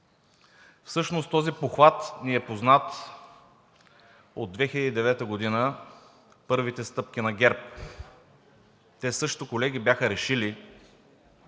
Всъщност този похват ни е познат от 2009 г. – първите стъпки на ГЕРБ. Те също, колеги, бяха решили,